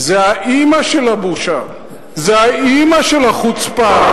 זו האמא של הבושה, זו האמא של החוצפה.